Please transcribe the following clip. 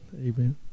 amen